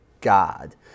god